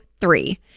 three